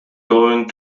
going